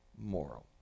moral